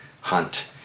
hunt